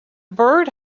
bird